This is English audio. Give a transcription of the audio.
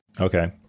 Okay